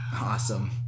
Awesome